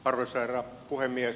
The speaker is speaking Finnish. arvoisa herra puhemies